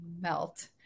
melt